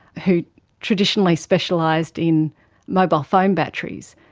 who traditionally specialised in mobile phone batteries,